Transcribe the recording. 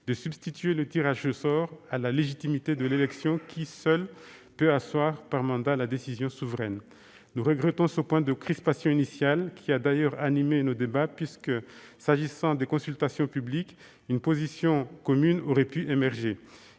de substituer le tirage au sort à la légitimité de l'élection qui, seule, peut asseoir par le mandat la décision souveraine. Nous regrettons ce point de crispation initial, qui a d'ailleurs animé nos débats. S'agissant des consultations publiques, une position commune aurait pu émerger.